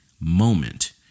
moment